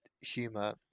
humor